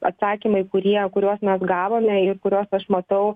atsakymai kurie kuriuos mes gavome į kuriuos aš matau